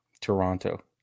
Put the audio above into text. toronto